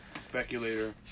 Speculator